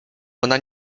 ona